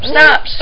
Stop